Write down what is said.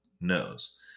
knows